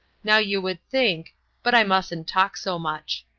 now you would think but i mustn't talk so much.